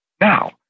Now